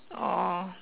oh